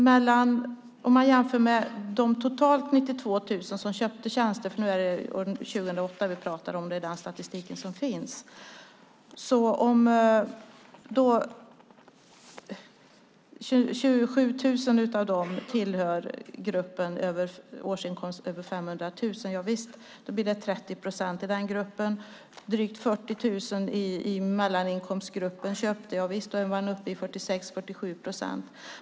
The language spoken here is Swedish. Bland de totalt 92 000 som köpte hushållsnära tjänster under 2008, som är den statistik som finns, hörde 27 000 av dem till gruppen med en årsinkomst över 500 000. Det blir ca 30 procent av de 92 000. Drygt 40 000 i mellaninkomstgruppen köpte tjänster, och det motsvarar ca 47 procent.